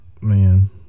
Man